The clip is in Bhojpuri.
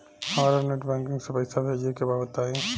हमरा नेट बैंकिंग से पईसा भेजे के बा बताई?